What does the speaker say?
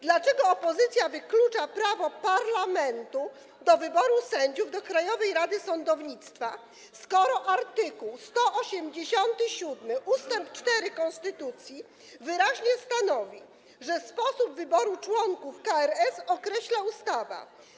Dlaczego opozycja wyklucza prawo parlamentu do wyboru sędziów do Krajowej Rady Sądownictwa, skoro art. 187 ust. 4 konstytucji wyraźnie stanowi, że sposób wyboru członków KRS określa ustawa?